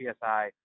PSI